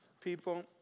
People